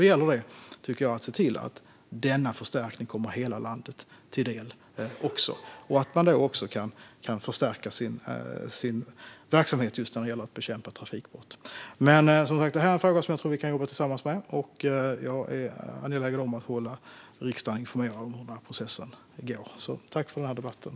Då gäller det att se till att denna förstärkning kommer hela landet till del och att man kan förstärka sin verksamhet just när det gäller att bekämpa trafikbrott. Det här är en fråga som jag tror att vi kan jobba tillsammans med, och jag är angelägen om att hålla riksdagen informerad om hur det går i den här processen.